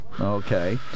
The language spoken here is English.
Okay